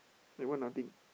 eh why nothing